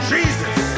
Jesus